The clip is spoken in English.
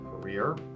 career